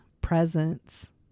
presence